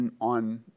on